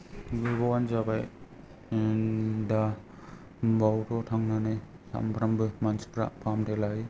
गोबावानो जाबाय दा बेयावथ' थांनानै सामफ्रामबो मानसिफ्रा फाहामथाय लायो